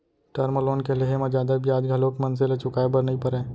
term loan के लेहे म जादा बियाज घलोक मनसे ल चुकाय बर नइ परय